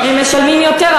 הם משלמים יותר.